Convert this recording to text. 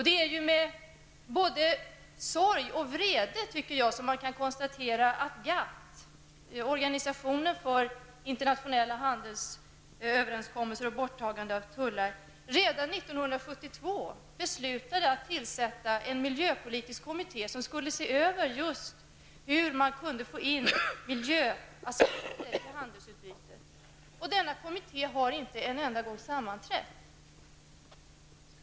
Det är med både sorg och vrede som man kan konstatera att GATT -- organisationen för internationella handelsöverenskommelser och borttagande av tullar -- redan år 1972 beslutade att tillsätta en miljöpolitisk kommitté för att se över hur man skulle få in miljöaspekten vid handelsutbytet och att denna kommitté inte har sammanträtt en enda gång.